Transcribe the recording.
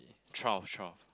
twelve twelve